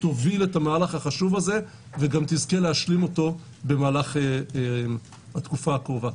תוביל את המהלך החשוב הזה וגם תזכה להשלים אותו במהלך התקופה הקרובה.